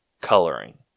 coloring